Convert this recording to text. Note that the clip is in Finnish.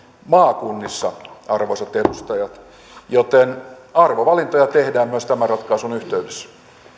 maakunnissa arvoisat edustajat joten arvovalintoja tehdään myös tämän ratkaisun yhteydessä